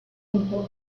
into